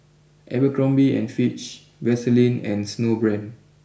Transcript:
Abercrombie and Fitch Vaseline and Snowbrand